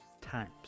times